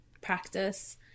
practice